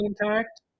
intact